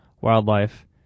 wildlife